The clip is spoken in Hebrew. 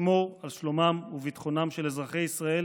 לשמור על שלומם וביטחונם של אזרחי ישראל